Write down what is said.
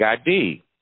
ID